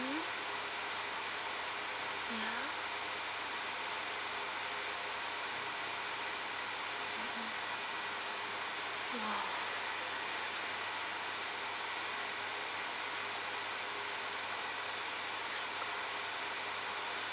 ya !wah!